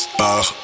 par